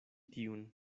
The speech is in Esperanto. tiun